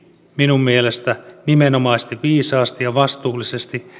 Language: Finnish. minun mielestäni nimenomaisesti viisaasti ja vastuullisesti